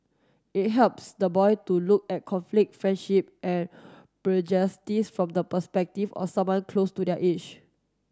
it helps the boy to look at conflict friendship and from the perspective or someone close to their age